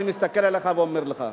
אני מסתכל אליך ואני אומר לך: